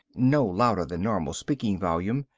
no louder than normal speaking volume,